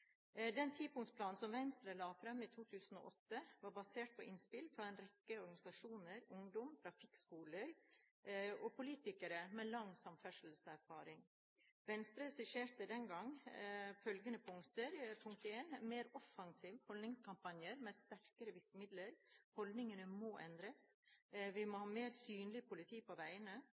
2008, var basert på innspill fra en rekke organisasjoner, ungdom, trafikkskoler og politikere med lang samferdselserfaring. Venstre skisserte den gang følgende punkter: 1. Vi må ha mer offensive holdningskampanjer med sterkere virkemidler. Holdningene må endres. 2. Vi må ha mer synlig politi på veiene. 3.